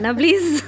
please